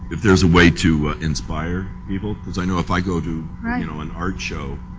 if there's a way to inspire people cause i know if i go to, you know, an art show,